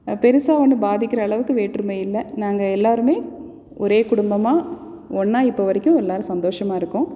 பெரிசா ஒன்றும் பாதிக்கிற அளவுக்கு வேற்றுமை இல்லை நாங்கள் எல்லோருமே ஒரே குடும்பமாக ஒன்றா இப்போவரைக்கும் எல்லோரும் சந்தோஷமாக இருக்கோம்